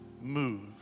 move